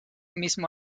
mismo